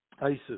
ISIS